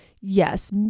yes